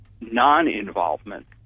non-involvement